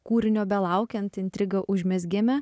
kūrinio belaukiant intrigą užmezgėme